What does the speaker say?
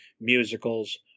musicals